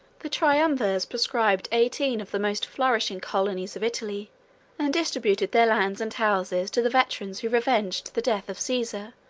the triumvirs proscribed eighteen of the most flourishing colonies of italy and distributed their lands and houses to the veterans who revenged the death of caesar,